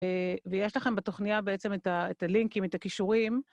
ויש לכם בתוכניה בעצם את הלינקים, את הקישורים